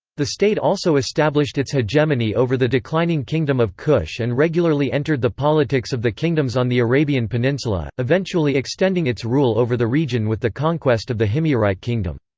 the state also established its hegemony over the declining kingdom of kush and regularly entered the politics of the kingdoms on the arabian peninsula, eventually extending its rule over the region with the conquest of the himyarite kingdom.